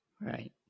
Right